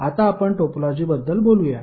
आता आपण टोपोलॉजीबद्दल बोलूया